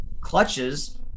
clutches